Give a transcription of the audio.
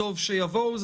טוב שיבואו,